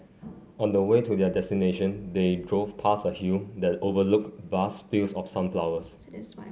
on the way to their destination they drove past a hill that overlooked vast fields of sunflowers